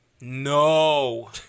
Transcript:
No